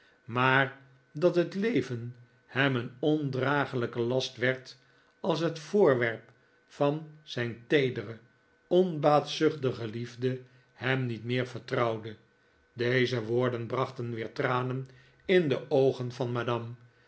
maar dat het leven hem een ondraaglijke last werd als het vooiwerp van zijn teedere onbaatzuchtige liefde hem met meer vertrouwde deze woorden brachten weer tranen in de oogen van madame